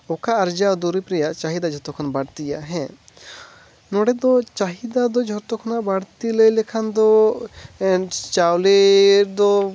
ᱚᱠᱟ ᱟᱨᱡᱟᱣ ᱫᱩᱨᱤᱵᱽ ᱨᱮᱭᱟᱜ ᱪᱟᱦᱤᱫᱟ ᱡᱚᱛᱚ ᱠᱷᱚᱱ ᱵᱟᱹᱲᱛᱤᱭᱟ ᱱᱚᱸᱰᱮ ᱫᱚ ᱪᱟᱦᱤᱫᱟ ᱫᱚ ᱡᱚᱛᱚ ᱠᱷᱚᱱᱟᱜ ᱵᱟᱹᱲᱛᱤ ᱞᱟᱹᱭ ᱞᱮᱠᱷᱟᱱ ᱫᱚ ᱪᱟᱣᱞᱮ ᱫᱚ